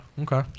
Okay